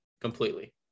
completely